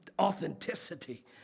authenticity